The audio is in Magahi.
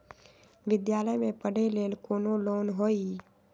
विद्यालय में पढ़े लेल कौनो लोन हई?